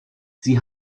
sie